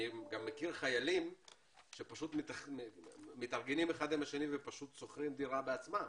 אני גם מכיר חיילים שפשוט מתארגנים זה עם זה ופשוט שוכרים דירה בעצמם